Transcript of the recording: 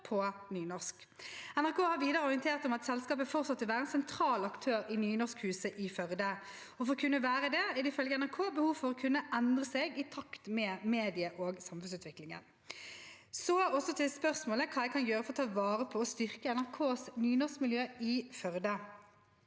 NRK har videre orientert om at selskapet fortsatt vil være en sentral aktør i Nynorskhuset i Førde. For å kunne være det er det ifølge NRK behov for å kunne endre seg i takt med medie- og samfunnsutviklingen. Så til spørsmålet om hva jeg kan gjøre for å ta vare på og styrke NRKs nynorskmiljø i Førde.